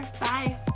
Bye